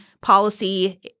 policy